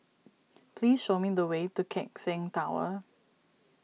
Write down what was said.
please show me the way to Keck Seng Tower